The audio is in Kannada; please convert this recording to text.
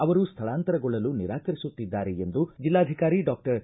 ಅವರು ಸ್ಥಳಾಂತರಗೊಳ್ಳಲು ನಿರಾಕರಿಸುತ್ತಿದ್ದಾರೆ ಎಂದು ಜಿಲ್ಲಾಧಿಕಾರಿ ಡಾಕ್ಟರ್ ಎಸ್